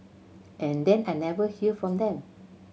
and then I never hear from them